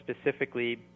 specifically